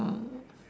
oh